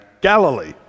Galilee